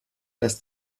dass